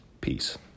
Peace